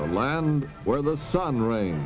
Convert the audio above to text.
the land where the sun rain